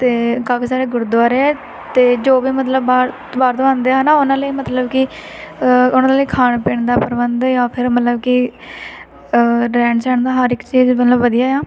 ਅਤੇ ਕਾਫੀ ਸਾਰੇ ਗੁਰਦੁਆਰੇ ਹੈ ਅਤੇ ਜੋ ਵੀ ਮਤਲਬ ਬਾਹਰ ਬਾਹਰ ਤੋਂ ਆਉਂਦੇ ਹੈ ਨਾ ਉਹਨਾਂ ਲਈ ਮਤਲਬ ਕਿ ਉਹਨਾਂ ਲਈ ਖਾਣ ਪੀਣ ਦਾ ਪ੍ਰਬੰਧ ਜਾਂ ਫਿਰ ਮਤਲਬ ਕਿ ਰਹਿਣ ਸਹਿਣ ਦਾ ਹਰ ਇੱਕ ਚੀਜ਼ ਮਤਲਬ ਵਧੀਆ ਆ